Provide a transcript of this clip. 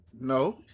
No